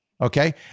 okay